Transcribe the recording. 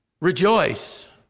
Rejoice